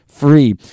free